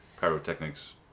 pyrotechnics